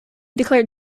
declared